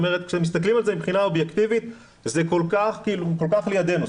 כשמסתכלים על זה מבחינה אובייקטיבית זה כל כך לידנו,